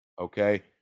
Okay